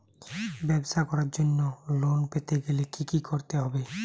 ব্যবসা করার জন্য লোন পেতে গেলে কি কি করতে হবে?